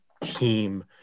team